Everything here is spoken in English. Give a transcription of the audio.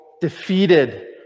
defeated